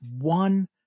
one